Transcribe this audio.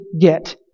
get